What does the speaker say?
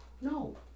No